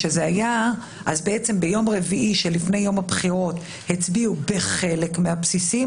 ביום רביעי שלפני יום הבחירות הצביעו בחלק מהבסיסים,